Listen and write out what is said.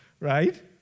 right